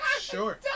sure